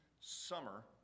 summer